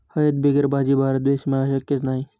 हयद बिगर भाजी? भारत देशमा शक्यच नही